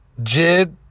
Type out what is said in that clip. Jid